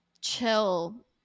chill